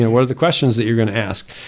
what are the questions that you're going to ask.